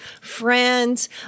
friends